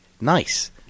nice